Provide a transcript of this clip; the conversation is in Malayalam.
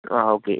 ആ ഓക്കെ